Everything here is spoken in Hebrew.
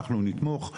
אנחנו נתמוך.